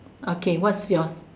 okay what's yours